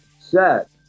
set